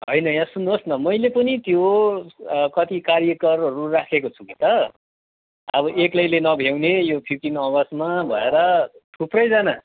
होइन यहाँ सुन्नुहोस् न मैले पनि त्यो कति कारिगरहरू राखेको छु कि त अब एक्लैले नभ्याउने यो फिफ्टिन अगस्तमा भएर थुप्रैजना